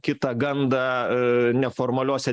kitą gandą neformaliose